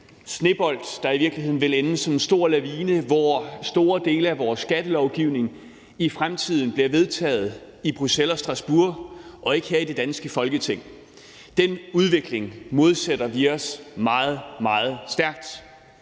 snebold, der i virkeligheden vil sætte gang i en stor lavine, hvor store dele af vores skattelovgivning i fremtiden bliver vedtaget i Bruxelles og Strasbourg og ikke her i det danske Folketing. Den udvikling modsætter vi os meget, meget stærkt.